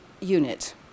unit